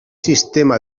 sistema